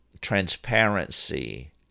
transparency